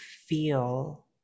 feel